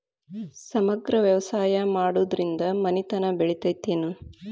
ಸಮಗ್ರ ವ್ಯವಸಾಯ ಮಾಡುದ್ರಿಂದ ಮನಿತನ ಬೇಳಿತೈತೇನು?